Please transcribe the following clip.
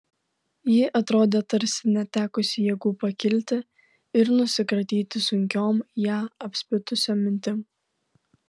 ji atrodė tarsi netekusi jėgų pakilti ir nusikratyti sunkiom ją apspitusiom mintim